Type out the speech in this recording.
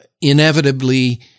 inevitably